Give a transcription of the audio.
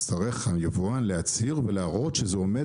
יצטרך היבואן להצהיר ולהראות שזה עומד